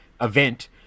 event